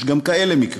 יש גם כאלה מקרים,